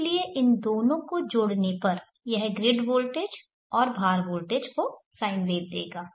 इसलिए इन दोनों को जोड़ने पर यह ग्रिड वोल्टेज और भार वोल्टेज को शुद्ध साइन देगा